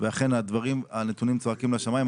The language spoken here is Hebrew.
ואכן הנתונים צועקים לשמיים.